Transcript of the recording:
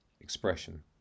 expression